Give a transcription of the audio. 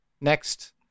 next